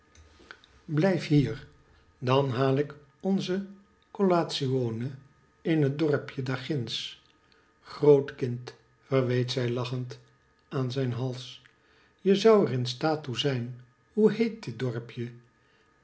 blijf hier dan haal ik onze collazione in het dorpje daarginds groot kind verweet rij lachend aan zijn hals je zou er in staat toe zijn hoe heet dit dorpje